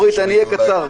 אורית, אני אהיה קצר.